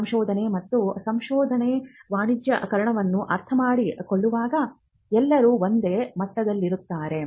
ಸಂಶೋಧನೆ ಮತ್ತು ಸಂಶೋಧನೆಯ ವಾಣಿಜ್ಯೀಕರಣವನ್ನು ಅರ್ಥಮಾಡಿಕೊಳ್ಳುವಾಗ ಎಲ್ಲರೂ ಒಂದೇ ಮಟ್ಟದಲ್ಲಿರುತ್ತಾರೆ